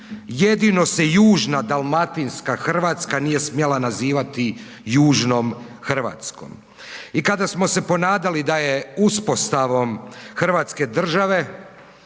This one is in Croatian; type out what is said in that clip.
jedino se južna dalmatinska Hrvatska nije smjela nazivati južnom Hrvatskom. I kada smo se ponadali da je uspostavom hrvatske države